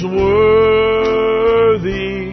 worthy